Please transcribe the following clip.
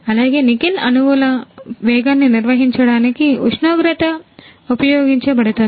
అలాగే నికెల్ అణువుల వేగాన్ని నిర్వహించడానికి ఉష్ణోగ్రత ఉపయోగించబడుతుంది